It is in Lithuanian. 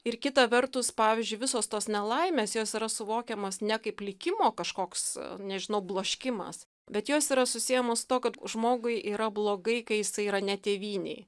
ir kita vertus pavyzdžiui visos tos nelaimės jos yra suvokiamas ne kaip likimo kažkoks nežinau bloškimas bet jos yra susiejamos su tuo kad žmogui yra blogai kai jisai yra ne tėvynėj